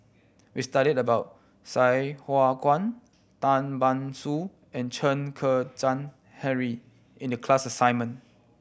we studied about Sai Hua Kuan Tan Ban Soon and Chen Kezhan Henri in the class assignment